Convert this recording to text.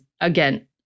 again